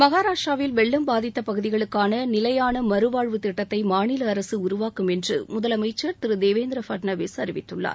மகாராஷ்டிராவில் வெள்ளம் பாதித்த பகுதிகளுக்கான நிலையான மறுவாழ்வு திட்டத்தை மாநில அரசு உருவாக்கும் என்று அம்மாநில முதலமைச்சர் திரு தேவேந்திர ஃபட்னவிஸ் அறிவித்துள்ளார்